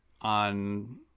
on